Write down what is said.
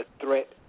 threat